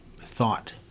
thought